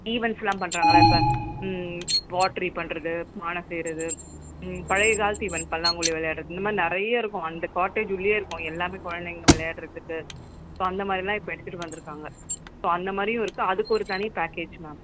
ஈவெண்ட்ஸெலாம் பண்ணுறாங்கல்ல இப்போ வாட்ரி பண்ணுறது பானை செய்யிறது பழைய காலத்து ஈவெண்ட்ஸ் பல்லாங்குழி விளையாடுறது இந்தமாதிரி நிறைய இருக்கும் அந்த கார்ட்டேஜ் உள்ளேயே இருக்கும் எல்லாமே குழந்தைங்க விளையாட்றதுக்கு ஸோ அந்தமாதிரிலாம் இப்போ எடுத்துகிட்டு வந்திருக்காங்க ஸோ அந்தமாதிரியும் இருக்குது அதுக்கு ஒரு தனி பேக்கேஜ் மேம்